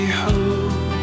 hope